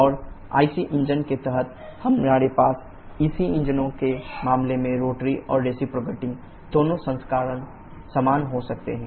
और IC engine के तहत हमारे पास EC इंजनों के मामले में रोटरी और रेसिप्रोकेटिंग दोनों संस्करण समान हो सकते हैं